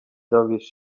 dowiesz